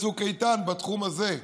וזה דומה לצוק איתן בתחום הזה.